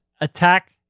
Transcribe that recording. attack